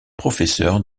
professeur